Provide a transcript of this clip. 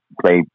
play